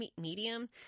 medium